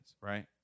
right